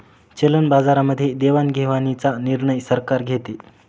चलन बाजारामध्ये देवाणघेवाणीचा निर्णय सरकार घेते